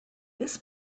this